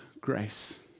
grace